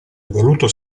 evoluto